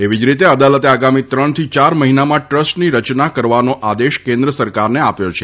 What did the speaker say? એવી જ રીતે અદાલતે આગામી ત્રણથી યાર મહિનામાં ટ્રસ્ટની રચના કરવાનો આદેશ કેન્દ્ર સરકારને આપ્યો છે